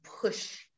push